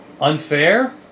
unfair